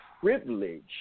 privilege